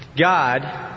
God